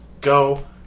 go